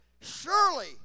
surely